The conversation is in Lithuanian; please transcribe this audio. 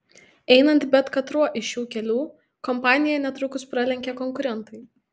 einant bet katruo iš šių kelių kompaniją netrukus pralenkia konkurentai